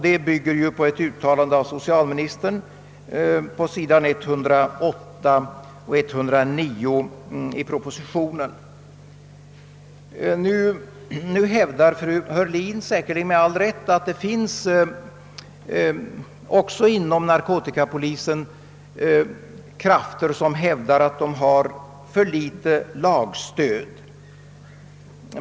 Detta bygger på ett uttalande av socialministern på sidorna 108 och 109 i propositionen. Fru Heurlin hävdar säkerligen med all rätt, att det också inom narkotikapolisen finns krafter som gör gällande att de har för litet lagstöd.